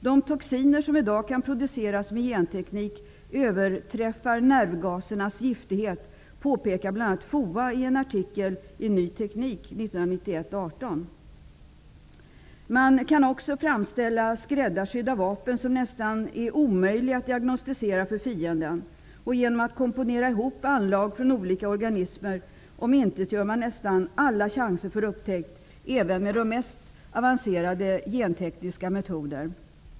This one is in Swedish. De toxiner som i dag kan produceras med genteknik överträffar nervgasernas giftighet, påpekar bl.a. FOA i en artikel i Ny Teknik 1991:18. Man kan också framställa skräddarsydda vapen som det är nästan omöjligt att diagnostisera för fienden. Genom att komponera ihop anlag från olika organismer omintetgör man nästan alla chanser för upptäckt, även med de mest avancerade gentekniska metoder.